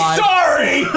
sorry